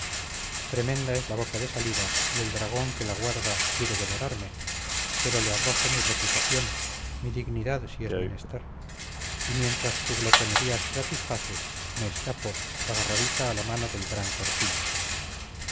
tremenda es la boca de salida y el dragón que la guarda quiere devorarme pero le arrojo mi reputación mi dignidad si es menester y mientras su glotonería se satisface me escapo agarradita a la mano del gran cortina